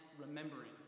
remembering